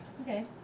Okay